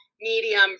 medium